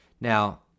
Now